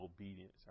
obedience